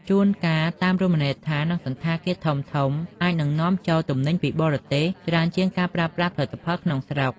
ជួនកាលតាម រមណីយដ្ឋាន និងសណ្ឋាគារធំៗអាចនឹងនាំចូលទំនិញពីបរទេសច្រើនជាងការប្រើប្រាស់ផលិតផលក្នុងស្រុក។